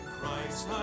Christ